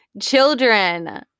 children